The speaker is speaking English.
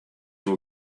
will